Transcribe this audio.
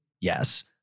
yes